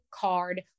card